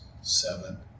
seven